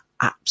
apps